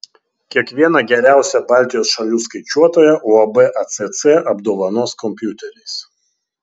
kiekvieną geriausią baltijos šalių skaičiuotoją uab acc apdovanos kompiuteriais